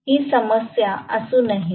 ही समस्या असू नये